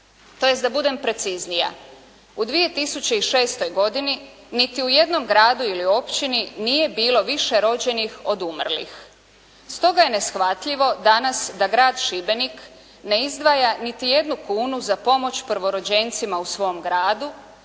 Tj. da budem preciznija. U 2006. godini niti u jednom gradu ili općini nije bilo više rođenih od umrlih, stoga je neshvatljivo danas da grad Šibenik ne izdvaja niti jednu kunu za pomoć prvorođencima u svom gradu,